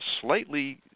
slightly